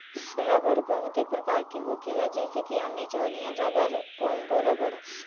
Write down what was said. रबड़ बहुते प्रकार के होखेला जइसे कि अमेजोनियन रबर, कोंगो रबड़